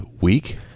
week